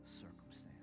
circumstance